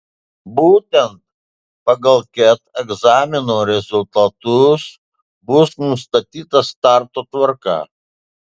būtent pagal ket egzamino rezultatus bus nustatyta starto tvarka